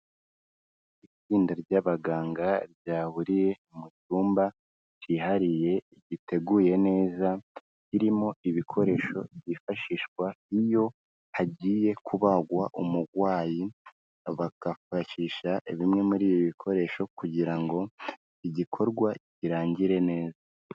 Itsinda ry'abaganga ryahuriye mu cyumba cyihariye giteguye neza, kirimo ibikoresho byifashishwa iyo hagiye kubagwa umurwayi, bakifashisha bimwe muri ibi bikoresho kugira ngo igikorwa kirangire neza.